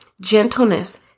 gentleness